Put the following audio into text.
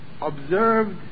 observed